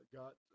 got